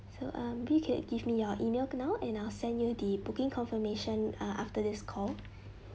so um you can give me your email now and I'll send you the booking confirmation uh after this call